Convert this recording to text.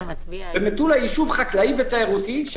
מטולה היא יישוב חקלאי ותיירותי.